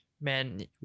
man